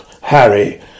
Harry